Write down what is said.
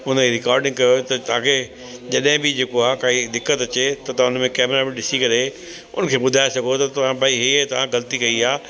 हुन जी रिकॉडिंग कयो त तव्हांखे जॾहिं बि जेको आहे काई दिक़त अचे त उनमें कैमरा में ॾिसी करे उनखे ॿुधाए सघो त तव्हां भई इहे तव्हां ग़लती कई आ्हे